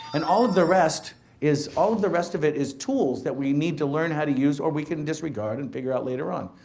and all of the rest is, all of the rest of it is tools that we need to learn how to use or we can disregard and figure out later on.